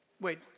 wait